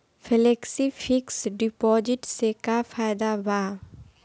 Flexi fix deposit से का फायदा भा?